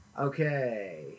Okay